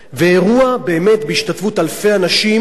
ואירוע באמת בהשתתפות אלפי אנשים,